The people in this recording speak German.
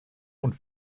und